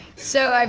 so, um